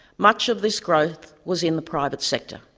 much of this growth was in the private sector.